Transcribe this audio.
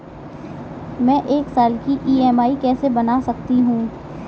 मैं एक साल की ई.एम.आई कैसे बना सकती हूँ?